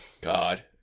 God